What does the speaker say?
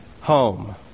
home